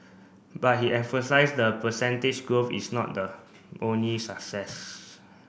but he emphasised the percentage growth is not the only success